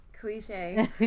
cliche